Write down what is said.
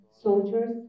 Soldiers